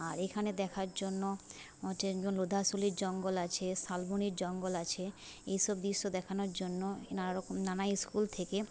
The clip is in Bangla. আর এখানে দেখার জন্য হচ্ছে লোধাশুলির জঙ্গল আছে শালবনির জঙ্গল আছে এসব দৃশ্য দেখানোর জন্য নানা রকম নানা স্কুল থেকে